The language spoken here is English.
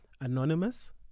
anonymous